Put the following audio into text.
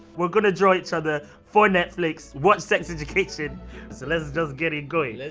we're gonna draw each other for netflix. watch sex education. so let's just get it going. let's